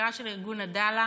בעתירה של ארגון עדאלה,